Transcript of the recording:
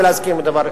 ולהזהיר,